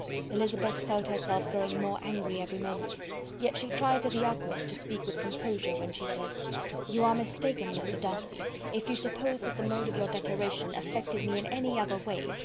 elizabeth felt herself growing more angry every moment yet she tried to the utmost to speak with composure when she said you are mistaken, mr. darcy, if you suppose that the mode of your declaration affected me in any other way,